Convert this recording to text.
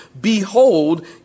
Behold